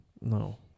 no